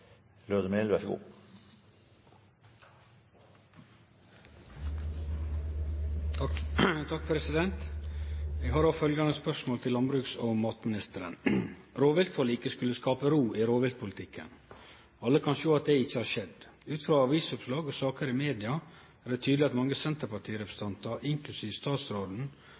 Eg har følgjande spørsmål til landbruks- og matministeren: «Rovviltforliket skulle skape ro om rovviltpolitikken. Alle kan sjå at det ikkje har skjedd. Ut frå avisoppslag og saker i media er det tydeleg at mange senterpartirepresentantar, inklusiv statsråden,